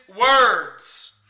words